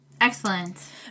Excellent